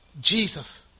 Jesus